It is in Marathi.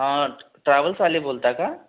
हा ट्रॅव्हल्सवाले बोलता का